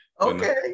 Okay